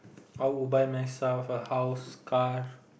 I would buy myself a house car